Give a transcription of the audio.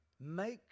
make